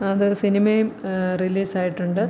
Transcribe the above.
അത് സിനിമയും റിലീസായിട്ടുണ്ട്